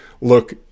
look